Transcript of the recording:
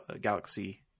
galaxy